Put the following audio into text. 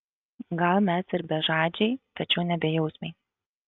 gal mes ir bežadžiai tačiau ne bejausmiai